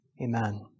Amen